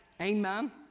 Amen